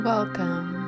Welcome